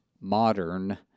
modern